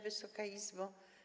Wysoka Izbo!